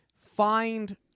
find